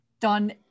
done